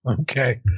Okay